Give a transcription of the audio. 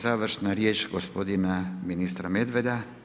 Završna riječ gospodine ministra Medveda.